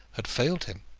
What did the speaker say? had failed him!